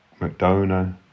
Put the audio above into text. McDonough